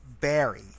Barry